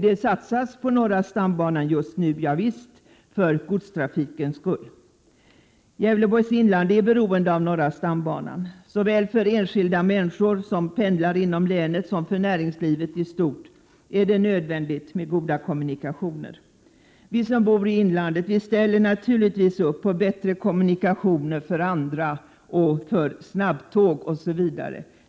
Det satsas på norra stambanan just nu. Ja visst — för godstrafikens skull. Gävleborgs inland är beroende av norra stambanan. Både för enskilda människor som pendlar inom länet och för näringslivet i stort är det nödvändigt med goda kommunikationer. Vi som bor i inlandet ställer naturligtvis upp för bättre kommunikationer åt andra, för snabbtåg osv.,